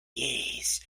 years